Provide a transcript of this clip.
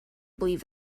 believe